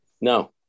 No